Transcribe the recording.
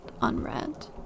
unread